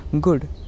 good